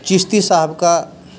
چشتی صاحب کا